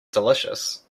delicious